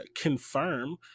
confirm